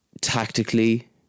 Tactically